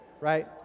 right